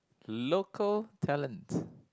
local talents